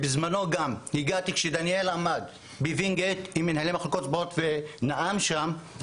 בזמנו הגענו כשדניאל עמד בווינגייט עם מנהלי מחלקות הספורט ונאם שם.